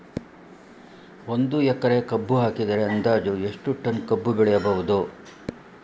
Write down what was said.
ಒಂದು ಎಕರೆ ಕಬ್ಬು ಹಾಕಿದರೆ ಅಂದಾಜು ಎಷ್ಟು ಟನ್ ಕಬ್ಬು ಬೆಳೆಯಬಹುದು?